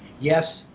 yes